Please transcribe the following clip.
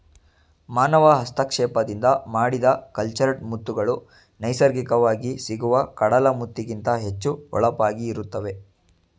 ಮಾನವ ಹಸ್ತಕ್ಷೇಪದಿಂದ ಮಾಡಿದ ಕಲ್ಚರ್ಡ್ ಮುತ್ತುಗಳು ನೈಸರ್ಗಿಕವಾಗಿ ಸಿಗುವ ಕಡಲ ಮುತ್ತಿಗಿಂತ ಹೆಚ್ಚು ಹೊಳಪಾಗಿ ಇರುತ್ತವೆ